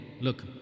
look